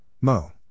Mo